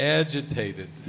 agitated